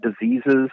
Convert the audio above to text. diseases